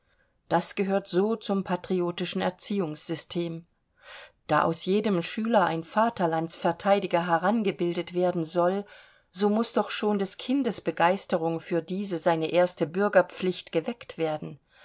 das gehört so zum patriotischen erziehungssystem da aus jedem schüler ein vaterlandsverteidiger herangebildet werden soll so muß doch schon des kindes begeisterung für diese seine erste bürgerpflicht geweckt werden